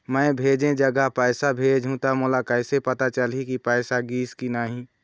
मैं भेजे जगह पैसा भेजहूं त मोला कैसे पता चलही की पैसा गिस कि नहीं?